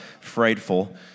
frightful